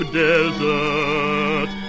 desert